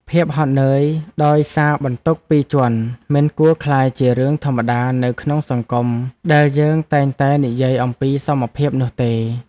ភាពហត់នឿយដោយសារបន្ទុកពីរជាន់មិនគួរក្លាយជារឿងធម្មតានៅក្នុងសង្គមដែលយើងតែងតែនិយាយអំពីសមភាពនោះទេ។